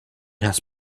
has